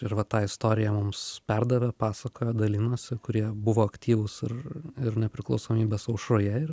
ir va tą istoriją mums perdavė pasakojo dalinosi kurie buvo aktyvūs ir ir nepriklausomybės aušroje ir